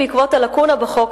בעקבות הלקונה בחוק,